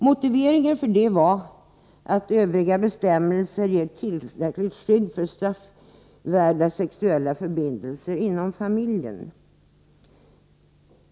Motiveringen för detta var att övriga bestämmelser ger tillräckligt skydd mot straffvärda sexuella förbindelser inom familjen.